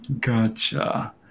Gotcha